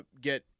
get